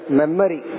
memory